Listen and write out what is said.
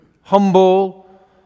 humble